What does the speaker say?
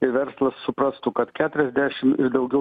ir verslas suprastų kad keturiasdešim ir daugiau